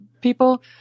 people